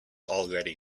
already